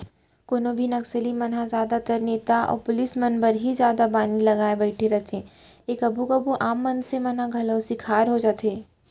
कोनो भी नक्सली मन ह जादातर नेता अउ पुलिस मन बर ही जादा बानी लगाय बइठे रहिथे ए कभू कभू आम मनसे मन ह घलौ सिकार होई जाथे